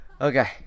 Okay